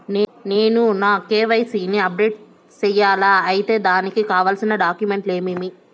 నేను నా కె.వై.సి ని అప్డేట్ సేయాలా? అయితే దానికి కావాల్సిన డాక్యుమెంట్లు ఏమేమీ?